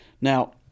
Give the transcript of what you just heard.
Now